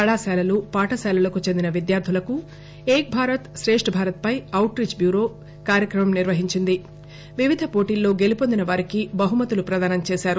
కళాశాలలు పాఠశాలలకు చెందిన విద్యార్థులకు ఏక్ భారత్ శ్రేష్ణ భారత్ పై ఔట్ రీచ్ బ్యూరో నిర్వహించిన పోటీల్లో గెలుపొందిన వారికి బహుమతుల ప్రదానం చేశారు